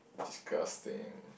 disgusting